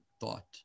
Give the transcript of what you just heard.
thought